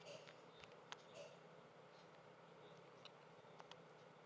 okay